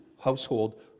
household